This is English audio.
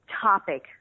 topic